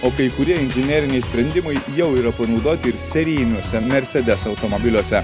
o kai kurie inžineriniai sprendimai jau yra panaudoti ir serijiniuose mercedes automobiliuose